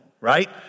right